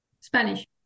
Spanish